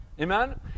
Amen